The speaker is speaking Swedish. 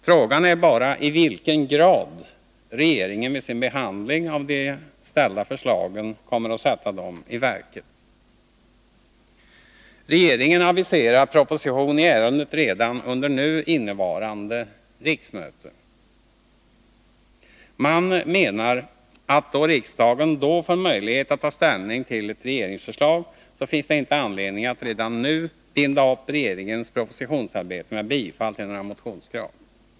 Frågan är bara i vilken grad regeringen vid sin behandling av de ställda förslagen kommer att sätta dem i verket. Regeringen aviserar en proposition i ärendet redan under nu innevarande riksmöte. Man menar att eftersom riksdagen då får möjlighet att ta ställning till ett regeringsförslag, finns det inte anledning att redan nu binda upp regeringens propositionsarbete genom bifall till några motionskrav.